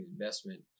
investment